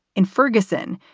in ferguson,